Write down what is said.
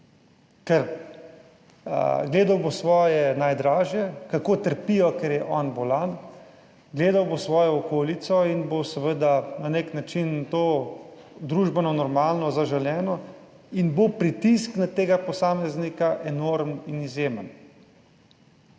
Ker, gledal bo svoje najdražje, kako trpijo, ker je on bolan, gledal bo svojo okolico in bo seveda na nek način to družbeno normalno zaželeno in bo pritisk na tega posameznika enormen in izjemen.